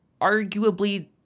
arguably